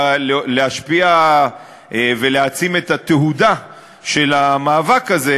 להשפיע ולהעצים את התהודה של המאבק הזה,